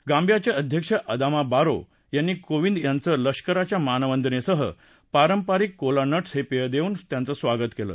गांबियाचे अध्यक्ष Adama Barrow यांनी कोविंद यांचं लष्कराच्या मानवंदनेसह पारंपरिक कोला नट्स हे पेय देवून त्यांचं स्वागत केलं